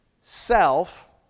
self